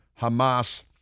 Hamas